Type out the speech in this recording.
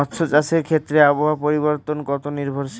মৎস্য চাষের ক্ষেত্রে আবহাওয়া পরিবর্তন কত নির্ভরশীল?